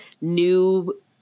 new